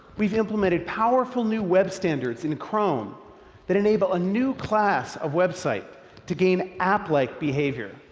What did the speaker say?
we've implemented powerful new web standards in chrome that enable a new class of web site to gain app like behavior.